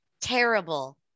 terrible